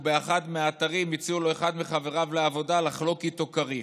ובאחד מהאתרים הציע לו אחד מחבריו לעבודה לחלוק איתו כריך.